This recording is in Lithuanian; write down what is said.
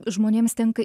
žmonėms tenka